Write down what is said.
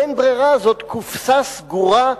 אין ברירה, זאת קופסה סגורה.